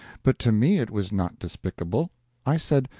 but to me it was not despicable i said,